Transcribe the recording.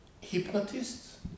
Hypnotists